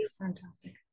fantastic